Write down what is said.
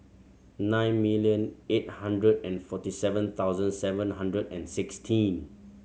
nine million eight hundred and forty seven thousand seven hundred and sixteen